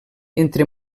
entre